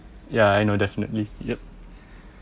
ya I know definitely yep